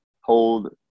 hold